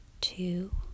two